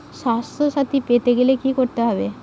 স্বাস্থসাথী পেতে গেলে কি করতে হবে?